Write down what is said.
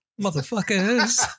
motherfuckers